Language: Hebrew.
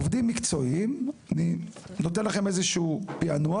עובדים מקצועיים, אני נותן לכם איזה שהוא פענוח.